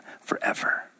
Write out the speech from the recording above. forever